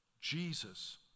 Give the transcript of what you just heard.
Jesus